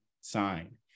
sign